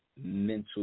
mental